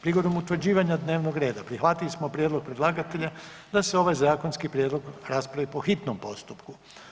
Prigodom utvrđivanja dnevnog reda prihvatili smo prijedlog predlagatelja da se ovaj zakonski prijedlog raspravi po hitnom postupku.